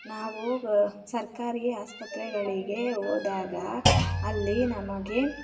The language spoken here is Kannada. ನಾವು ಸರ್ಕಾರಿ ಆಸ್ಪತ್ರೆಗಳಿಗೆ ಹೋದಾಗ ಅಲ್ಲಿ ನಮಗೆ